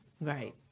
Right